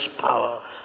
power